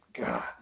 God